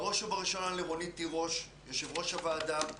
בראש ובראשונה לרונית תירוש, יושבת-ראש הוועדה,